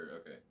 okay